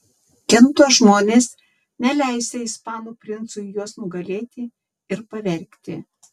kento žmonės neleisią ispanų princui juos nugalėti ir pavergti